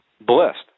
blessed